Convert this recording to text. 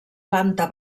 planta